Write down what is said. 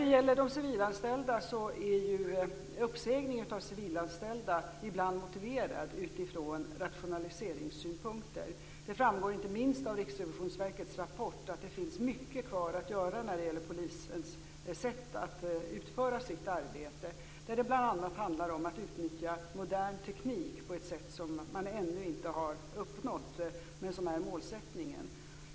Det är ibland motiverat med uppsägning av civilanställda utifrån rationaliseringssynpunkter. Det framgår inte minst av Riksrevisionsverkets rapport att det finns mycket kvar att göra när det gäller polisens sätt att utföra sitt arbete. Det handlar bl.a. om att utnyttja modern teknik på ett sätt som man ännu inte gör men som är målsättningen.